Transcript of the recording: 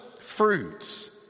fruits